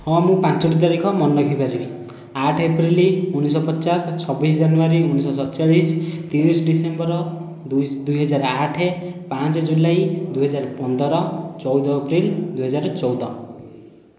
ହଁ ମୁଁ ପାଞ୍ଚଟି ତାରିଖ ମନେ ରଖି ପାରିବି ଆଠ ଏପ୍ରିଲ ଉଣେଇଶ ପଚାଶ ଛବିଶ ଜାନୁଆରୀ ଉଣେଇଶହ ଷଡ଼ଚାଲିଶ ତିରିଶ ଡିସେମ୍ବର ଦୁଇ ହଜାର ଆଠ ପାଞ୍ଚ ଜୁଲାଇ ଦୁଇ ହଜାର ପନ୍ଦର ଚଉଦ ଏପ୍ରିଲ ଦୁଇ ହଜାର ଚଉଦ